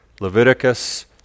Leviticus